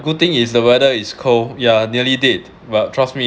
good thing is the weather is cold yeah nearly dead but trust me